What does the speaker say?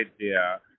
idea